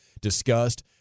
discussed